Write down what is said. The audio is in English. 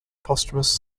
posthumous